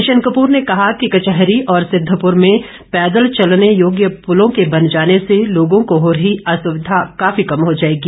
किशन कप्र ने कहा कि कचहरी और सिद्वपुर में पैदल चलने योग्य पुलों के बन जाने से लोगों को हो रही असुविधा काफी कम हो जाएगी